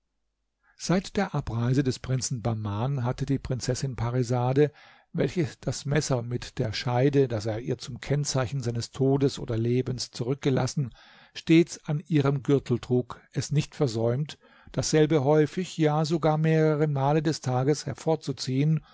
seit der abreise des prinzen bahman hatte die prinzessin parisade welche das messer mit der scheide das er ihr zum kennzeichen seines todes oder lebens zurückgelassen stets an ihrem gürtel trug es nicht versäumt dasselbe häufig ja sogar mehreremale des tages hervorzuziehen